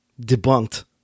debunked